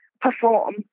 perform